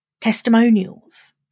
testimonials